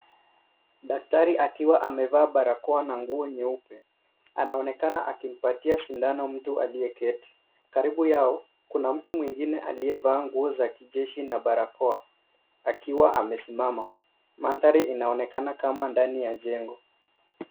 Daktari akiwa amevaa barakoa na nguo nyeupe, anaonekana akimpatia sindano mtu aliyeketi. Karibu yao kuna mtu mwingine aliyevaa nguo za kijeshi na barakoa akiwa amesimama. Mandhari inaonekana kama ndani ya jengo.